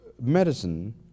medicine